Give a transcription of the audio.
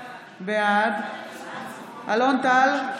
בעד אלון טל,